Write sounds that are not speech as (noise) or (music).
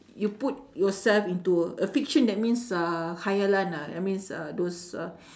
you put yourself into a fiction that means uh khayalan ah that means uh those uh (breath)